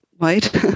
Right